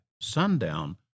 sundown